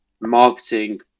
marketing